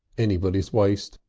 anybody's waste,